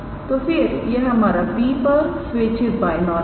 तो फिर यह हमारा P पर स्वेच्छित बाय नॉर्मल सदिश है